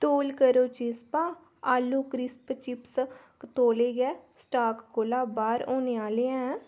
तोल करो चिज़्पा आलू क्रिस्प चिप्स तोले गै स्टाक कोला बाह्र होने आह्ले ऐ